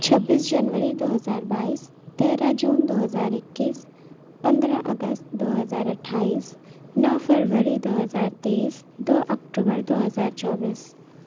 چھبیس جنوری دو ہزار بائیس تیرہ جون دو ہزار اکیس پندرہ اگست دو ہزار اٹھائیس نو فروری دو ہزار تیس دو اکتوبر دو ہزار چوبیس